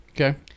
Okay